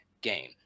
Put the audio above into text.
game